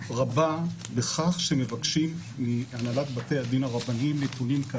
רבה בכך שמבקשים מהנהלת בתי הדין הרבניים נתונים.